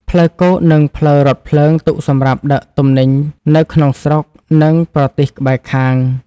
ផ្លូវគោក និងផ្លូវរថភ្លើងទុកសម្រាប់ដឹកទំនិញនៅក្នុងស្រុក និងប្រទេសក្បែរខាង។